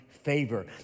favor